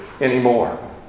anymore